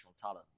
talent